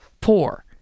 poor